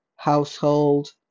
Household